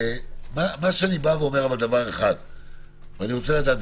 אני רוצה לדעת,